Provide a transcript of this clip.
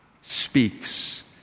speaks